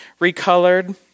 recolored